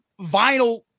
vinyl